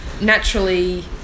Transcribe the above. naturally